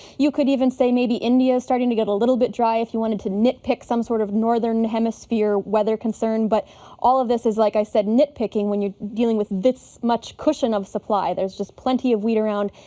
you could even say maybe india is starting to get a little bit dry if you wanted to nitpick some sort of northern hemisphere weather concern. but all of this is, like i said, nitpicking when you're dealing with this much cushion of supply. there's just plenty of wheat around.